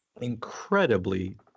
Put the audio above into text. incredibly